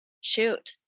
shoot